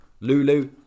Lulu